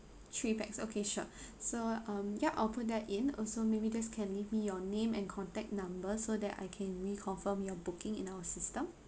three pax okay sure so um yup I'll put that in also maybe just can leave me your name and contact number so that I can reconfirm your booking in our system